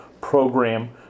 program